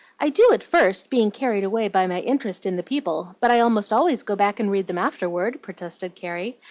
i do at first, being carried away by my interest in the people, but i almost always go back and read them afterward, protested carrie.